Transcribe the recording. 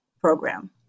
program